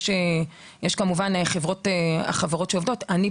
יש כמובן חברות שמספקות את השירות.